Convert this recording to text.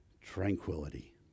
tranquility